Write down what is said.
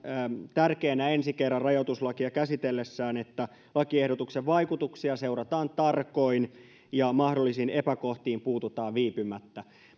tärkeänä ensi kerran rajoituslakia käsitellessään että lakiehdotuksen vaikutuksia seurataan tarkoin ja mahdollisiin epäkohtiin puututaan viipymättä